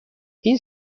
این